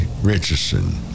Richardson